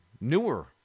newer